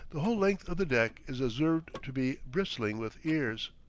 the whole length of the deck is observed to be bristling with ears.